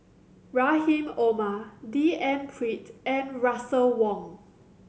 Rahim Omar D N Pritt and Russel Wong